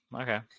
okay